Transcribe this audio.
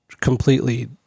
completely